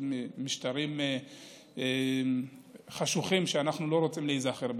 משטרים חשוכים שאנחנו לא רוצים להיזכר בהם.